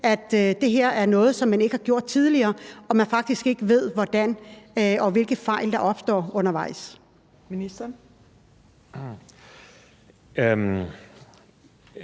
at det her er noget, som man ikke har gjort tidligere, og man faktisk ikke ved hvordan, og hvilke fejl der opstår undervejs?